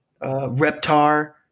Reptar